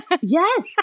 Yes